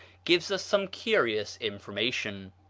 gives us some curious information.